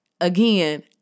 again